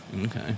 Okay